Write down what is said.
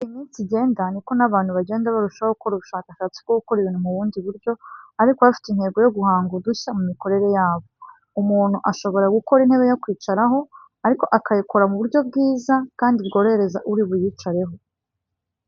Uko iminsi igenda niko n'abantu bagenda barushaho gukora ubushakashatsi bwo gukora ibintu mu bundi buryo ariko bafite intego yo guhanga udushya mu mikorere yabo. Umuntu ashobora gukora intebe yo kwicaraho ariko akayikora mu buryo bwiza kandi bworohereza uri buyicareho.